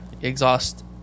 exhaust